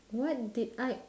what did I